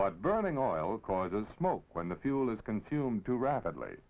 but burning oil causes smoke when the fuel is consumed too rapidly